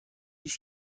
است